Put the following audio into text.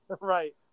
Right